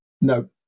No